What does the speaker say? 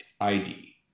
ID